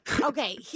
Okay